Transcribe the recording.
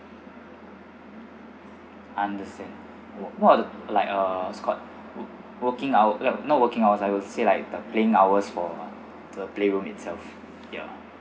understand wh~ what are the like uh scot wor~ working hour not working hours I will say like the playing hours for the playroom itself ya